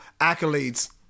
accolades